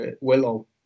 Willow